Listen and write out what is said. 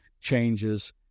changes